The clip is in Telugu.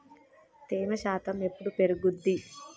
తేమ శాతం ఎప్పుడు పెరుగుద్ది?